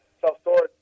self-storage